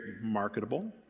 marketable